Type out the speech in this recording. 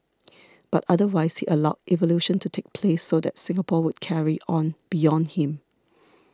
but otherwise he allowed evolution to take place so that Singapore would carry on beyond him